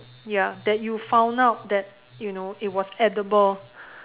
ya that you found out that you know it was edible